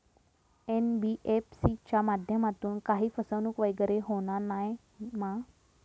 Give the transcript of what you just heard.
NBFC च्या माध्यमातून काही फसवणूक वगैरे होना नाय मा?